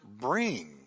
bring